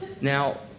Now